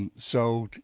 and so,